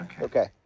Okay